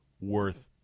worth